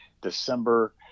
December